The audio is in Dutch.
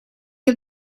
heb